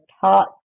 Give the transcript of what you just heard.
taught